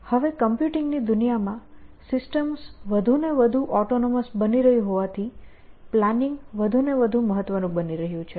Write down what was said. હવે કમ્પ્યુટિંગની દુનિયામાં સિસ્ટમ્સ વધુને વધુ ઑટોનોમસ બની રહી હોવાથી પ્લાનિંગ વધુને વધુ મહત્વનું બની રહ્યું છે